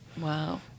wow